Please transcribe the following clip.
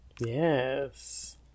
yes